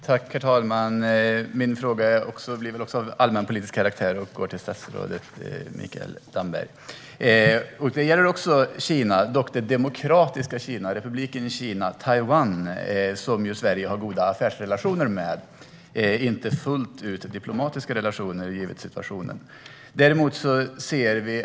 Herr talman! Min fråga är också av allmänpolitisk karaktär och går till statsrådet Mikael Damberg. Min fråga gäller också Kina, dock Demokratiska Republiken Kina, Taiwan, som ju Sverige har goda affärsrelationer med men inte fullt ut diplomatiska relationer givet situationen.